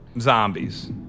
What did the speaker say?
Zombies